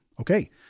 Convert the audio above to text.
Okay